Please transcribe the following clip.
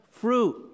fruit